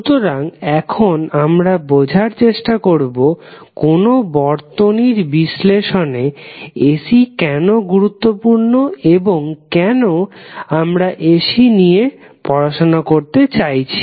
সুতরাং এখন আমরা বোঝার চেষ্টা করবো কোনো বর্তনীর বিশ্লেষণে AC কেন গুরুত্বপূর্ণ এবং কেনো আমরা AC নিয়ে পড়াশোনা করতে চাইছি